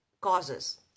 causes